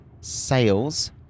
sales